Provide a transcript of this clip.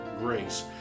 grace